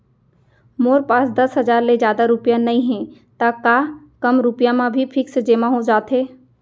मोर पास दस हजार ले जादा रुपिया नइहे त का कम रुपिया म भी फिक्स जेमा हो जाथे?